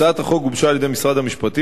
הצעת החוק גובשה על-ידי משרד המשפטים